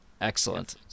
Excellent